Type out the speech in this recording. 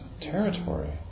territory